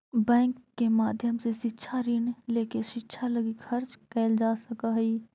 bank के माध्यम से शिक्षा ऋण लेके शिक्षा लगी खर्च कैल जा सकऽ हई